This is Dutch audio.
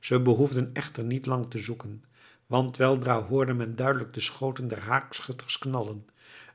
ze behoefden echter niet lang te zoeken want weldra hoorde men duidelijk de schoten der haakschutters knallen